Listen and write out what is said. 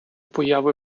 появи